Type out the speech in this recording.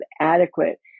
adequate